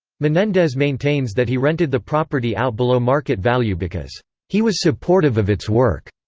menendez maintains that he rented the property out below market-value because he was supportive of its work.